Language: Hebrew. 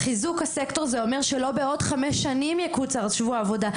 חיזוק הסקטור זה אומר שלא בעוד חמש שנים יקוצר שבוע העבודה.